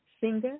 singer